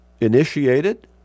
initiated